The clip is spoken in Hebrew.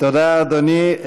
תודה, אדוני.